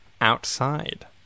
outside